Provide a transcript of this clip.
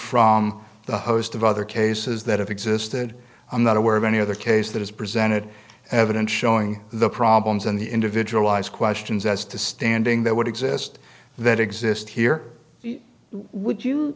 from the host of other cases that have existed i'm not aware of any other case that is presented evidence showing the problems in the individualized questions as to standing that would exist that exist here would you